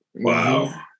Wow